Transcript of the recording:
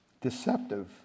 deceptive